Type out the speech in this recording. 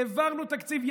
העברנו תקציב,